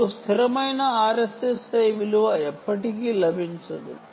మీకు స్థిరమైన RSSI విలువ ఎప్పటికీ లభించదు